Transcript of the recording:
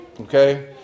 Okay